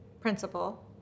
principal